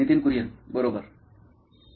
Nitin Kurian COO nine electronics बरोबर